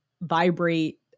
vibrate